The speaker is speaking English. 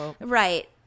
Right